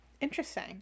interesting